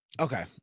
Okay